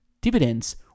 dividends